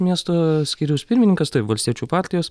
miesto skyriaus pirmininkas taip valstiečių partijos